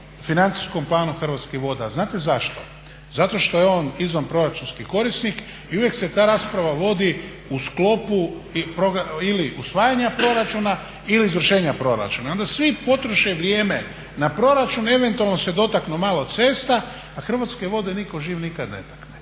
financijskom planu Hrvatskih voda. A znate zašto? Zato što je on izvanproračunski korisnik i uvijek se ta rasprava vodi u sklopu ili usvajanja proračuna ili izvršenja proračuna. I onda svi potroše vrijeme na proračun, eventualno se dotaknu malo cesta a Hrvatske vode nitko živ nikada ne takne.